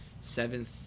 seventh